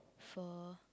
for